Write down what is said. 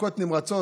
מכות נמרצות.